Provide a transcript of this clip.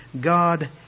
God